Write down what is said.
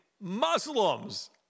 Muslims